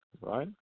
right